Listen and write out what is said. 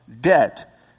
debt